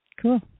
Cool